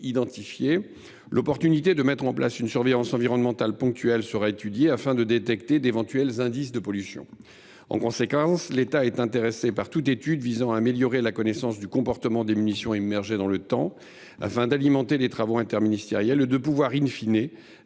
l’opportunité de mettre en place une surveillance environnementale ponctuelle sera étudiée afin de détecter d’éventuels indices de pollution. En conséquence, l’État est intéressé par toute étude visant à améliorer la connaissance du comportement des munitions immergées dans le temps. Il pourra ainsi alimenter les travaux interministériels et,, adapter les